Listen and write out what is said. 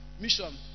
Mission